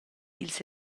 ils